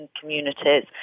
communities